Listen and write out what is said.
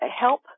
help